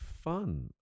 fun